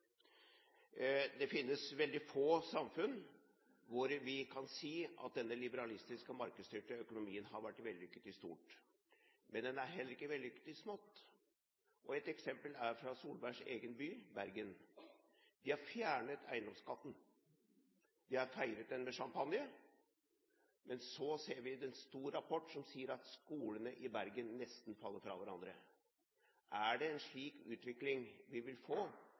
Det finnes veldig få samfunn der vi kan si at denne liberalistiske og markedsstyrte økonomien har vært vellykket i stort – men den er heller ikke vellykket i smått. Ett eksempel er fra Solbergs egen by, Bergen: De har fjernet eiendomsskatten, de har feiret den med champagne, men så ser vi en stor rapport som sier at skolene i Bergen nesten faller fra hverandre. Er det en slik utvikling vi vil få